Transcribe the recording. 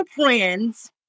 friends